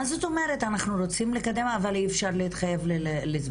מה זאת אומרת אנחנו רוצים לקדם אבל אי אפשר להתחייב לזמן?